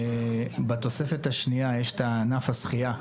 בתוספת השנייה יש את ענף השחייה.